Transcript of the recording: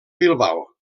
bilbao